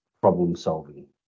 problem-solving